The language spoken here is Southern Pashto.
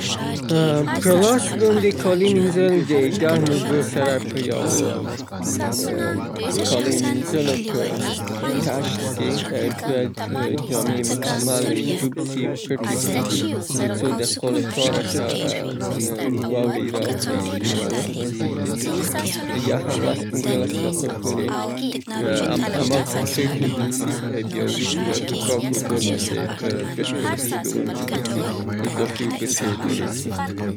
په لاس د کالیو مینځلو د پاره یو ټپ د ګرمو اوبو نه ډک کئ او په هغه کې صابون اضافه کئ. وروسته له هغه نه جامې پکې ډوب کئ او د لسو نه تر پنځه لسو دقیقو پورې هغه ، ومینځئ ، البته داغ شوو ځایو باندې با زیات تمرکز وکئ، او وروسته به یې بیا په یخو اوبو په مکمل شکل باندې اوکش کړئ.